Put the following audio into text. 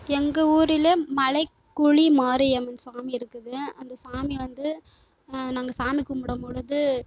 எங்கள் ஊரில் மலைக்குழி மாரியம்மன் சாமி இருக்குது அந்த சாமி வந்து நாங்கள் சாமி கும்பிடம் பொழுது